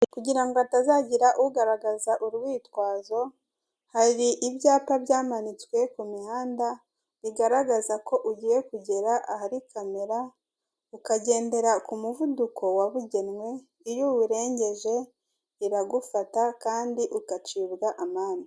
Kugira ngo hatazagira ugaragaza urwitwazo hari ibyapa byamanitswe ku mihanda bigaragaza ko ugiye kugera ahari kamera ukagendera ku muvuduko wabugenwe iyo uwurengeje uragufata kandi ugacibwa amande.